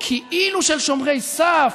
כאילו של שומרי סף,